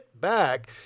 back